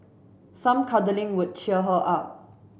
some cuddling would cheer her up